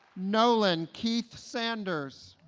nolan keith sanders